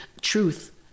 truth